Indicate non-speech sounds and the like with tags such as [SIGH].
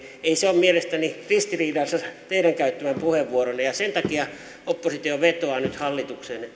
ei ole mielestäni ristiriidassa teidän käyttämänne puheenvuoron kanssa sen takia oppositio vetoaa nyt hallitukseen [UNINTELLIGIBLE]